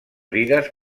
vides